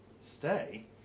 Stay